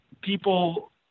people